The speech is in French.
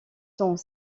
sont